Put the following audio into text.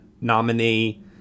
nominee